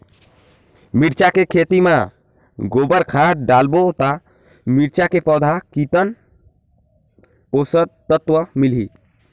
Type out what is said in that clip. मिरचा के खेती मां गोबर खाद डालबो ता मिरचा के पौधा कितन पोषक तत्व मिलही?